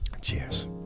Cheers